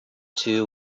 two